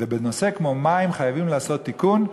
ובנושא כמו מים חייבים לעשות תיקון,